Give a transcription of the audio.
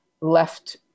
left